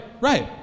right